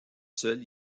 seules